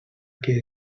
què